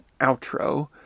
outro